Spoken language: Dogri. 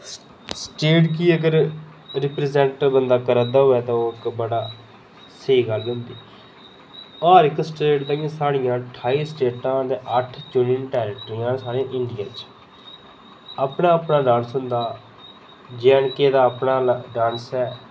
स्टेट गी अगर री प्रजेंट बंदा करा दा होऐ तां ओह् इक्क बड़ा स्हेई गल्ल होंदी हर इक्क स्टेट दा इं'या ते साढ़े ठाई स्टेटां न ते अट्ठ युनियन टैरीटेरीज़ न साढ़े इंडिया च अपना अपना डांस होंदा जे एंड के दा अपना डांस ऐ